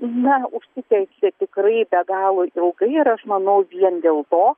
na užsitęsė tikrai be galo ilgai ir aš manau vien dėl to